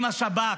אם השב"כ,